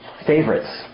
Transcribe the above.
Favorites